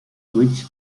which